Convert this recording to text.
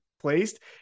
placed